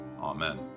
Amen